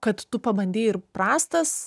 kad tu pabandei ir prastas